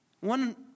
One